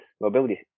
mobility